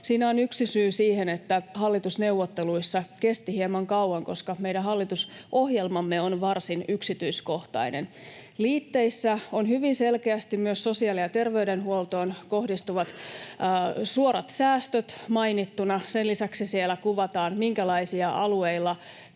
Siinä on yksi syy siihen, että hallitusneuvotteluissa kesti hieman kauan, koska meidän hallitusohjelmamme on varsin yksityiskohtainen. Liitteissä on hyvin selkeästi myös sosiaali- ja terveydenhuoltoon kohdistuvat suorat säästöt mainittuina. Sen lisäksi siellä kuvataan, minkälaisia alueilla